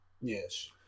Yes